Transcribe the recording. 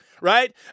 right